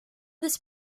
this